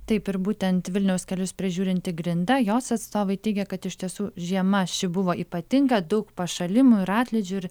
taip ir būtent vilniaus kelius prižiūrinti grinda jos atstovai teigia kad iš tiesų žiema ši buvo ypatinga daug pašalimų ir atlydžių ir